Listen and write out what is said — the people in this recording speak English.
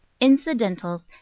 incidentals